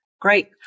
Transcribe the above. Great